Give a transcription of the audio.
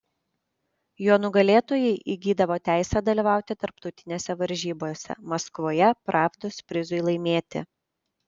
jo nugalėtojai įgydavo teisę dalyvauti tarptautinėse varžybose maskvoje pravdos prizui laimėti